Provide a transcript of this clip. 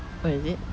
oh is it